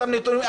אותם נתונים,